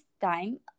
time